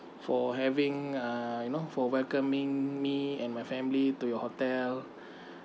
for having uh you know for welcoming me and my family to your hotel